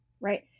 right